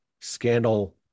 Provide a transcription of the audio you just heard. scandal